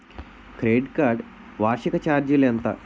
Credit card వార్షిక ఛార్జీలు ఎంత?